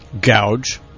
Gouge